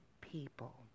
people